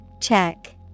Check